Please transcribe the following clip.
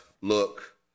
look